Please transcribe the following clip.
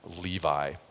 Levi